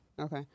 okay